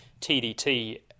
TDT